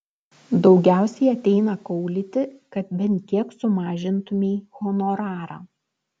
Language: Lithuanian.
daugiausiai ateina kaulyti kad bent kiek sumažintumei honorarą